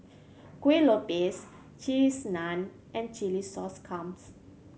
Kueh Lupis Cheese Naan and chilli sauce clams